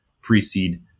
pre-seed